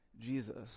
Jesus